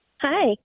Hi